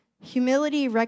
Humility